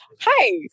Hi